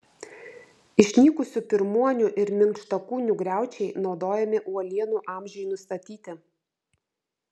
išnykusių pirmuonių ir minkštakūnių griaučiai naudojami uolienų amžiui nustatyti